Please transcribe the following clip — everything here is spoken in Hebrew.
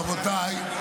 רבותיי,